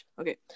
Okay